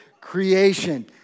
creation